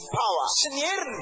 power